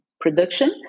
production